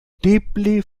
deeply